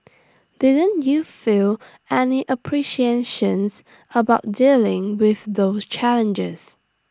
didn't you feel any appreciations about dealing with those challenges